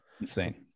Insane